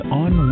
on